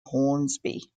hornsby